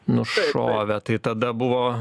nušovę tai tada buvo